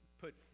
put